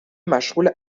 مشغول